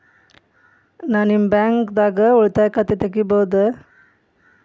ನಾ ನಿಮ್ಮ ಬ್ಯಾಂಕ್ ದಾಗ ಉಳಿತಾಯ ಖಾತೆ ತೆಗಿಬಹುದ?